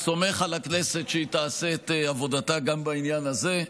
אני סומך על הכנסת שהיא תעשה את עבודתה גם בעניין הזה.